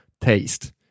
taste